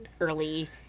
early